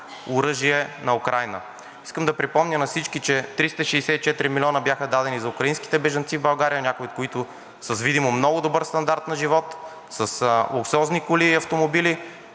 оръжие на Украйна. Искам да припомня на всички, че 364 милиона бяха дадени за украинските бежанци в България, някои от които с видимо много добър стандарт на живот – с луксозни коли и автомобили,